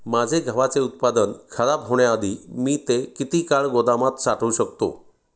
माझे गव्हाचे उत्पादन खराब होण्याआधी मी ते किती काळ गोदामात साठवू शकतो?